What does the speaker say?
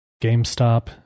gamestop